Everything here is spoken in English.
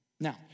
Now